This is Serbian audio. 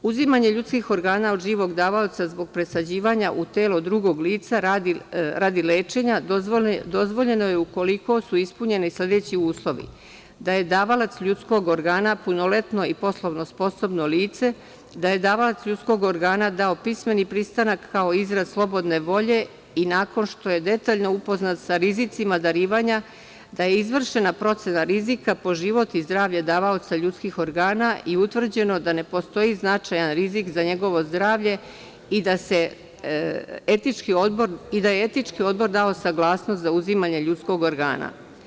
Uzimanje ljudskih organa od živog davaoca zbog presađivanja u telo drugog lica radi lečenja dozvoljeno je ukoliko su ispunjeni sledeći uslovi: da je davalac ljudskog organa punoletno i poslovno sposobno lice, da je davalac ljudskog organa dao pismeni pristanak kao izraz slobodne volje i nakon što je detaljno upoznat sa rizicima darivanja da je izvršena procena rizika po život i zdravlje davaoca ljudskih organa i utvrđeno da ne postoji značajan rizik za njegovo zdravlje i da je etički odbor dao saglasnost za uzimanje ljudskog organa.